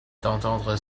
d’entendre